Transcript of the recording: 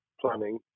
planning